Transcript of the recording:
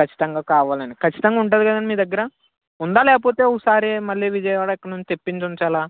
ఖచ్చితంగా కావాలని ఖచ్చితంగా ఉంటుంది కదండి మీ దగ్గర ఉందా లేకపోతే ఒకసారి మళ్ళీ విజయవాడ అక్కడ నుంచి తెప్పించి ఉంచాల